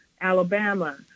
Alabama